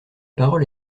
parole